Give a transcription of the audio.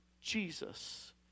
Jesus